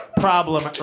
problem